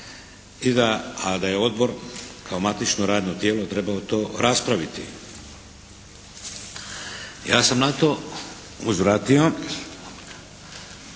a da je Odbor kao matično radno tijelo trebao to raspraviti. Ja sam na to uzvratio